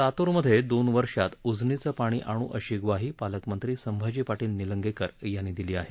लातूरमधे दोन वर्षात उजनीचं पाणी आणू अशी ग्वाही पालकमंत्री संभाजी पाटील निलंगेकर यांनी दिली आहे